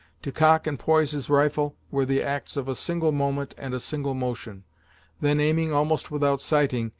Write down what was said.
to cock and poise his rifle were the acts of a single moment and a single motion then aiming almost without sighting,